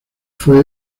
fue